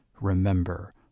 Remember